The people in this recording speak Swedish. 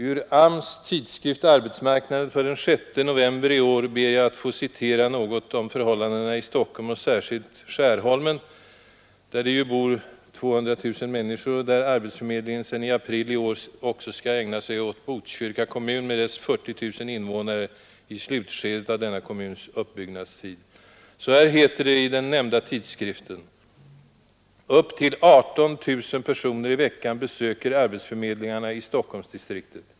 Ur AMS:s tidskrift Arbetsmarknaden för den 6 november i år ber jag att få citera något om förhållandena i Stockholm och särskilt i Skärholmen, där det bor 200 000 människor och där arbetsförmedlingen sedan april i år också na sig åt Botkyrka kommun med dess 40 000 invånare i slutskedet av denna kommuns uppbyggnadstid. Så här heter det i den nämnda tidskriften: ”Upp till 18 000 personer i veckan besöker arbetsförmedlingarna i Stockholmsdistriktet.